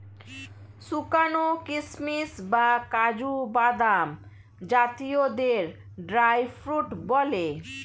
শুকানো কিশমিশ বা কাজু বাদাম জাতীয়দের ড্রাই ফ্রুট বলে